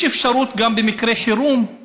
במקרי חירום גם